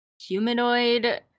humanoid